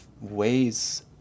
ways